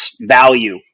value